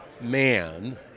man